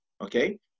okay